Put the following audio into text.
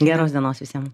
geros dienos visiem